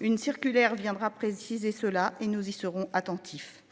Une circulaire viendra préciser cela et nous y serons attentifs.